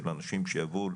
של אנשים שיבואו